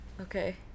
Okay